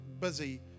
busy